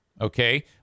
Okay